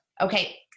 Okay